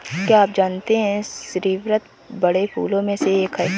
क्या आप जानते है स्रीवत बड़े फूलों में से एक है